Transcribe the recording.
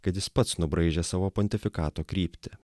kad jis pats nubraižė savo pontifikato kryptį